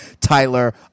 tyler